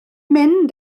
mynd